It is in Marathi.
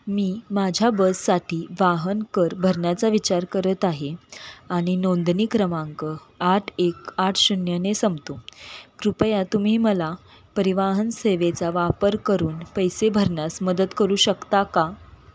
मी माझ्या बससाठी वाहन कर भरण्याचा विचार करत आहे आणि नोंदणी क्रमांक आठ एक आठ शून्यने संंपतो कृपया तुम्ही मला परिवहन सेवेचा वापर करून पैसे भरण्यास मदत करू शकता का